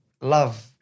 love